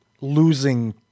losing